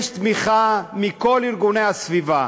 יש תמיכה מכל ארגוני הסביבה,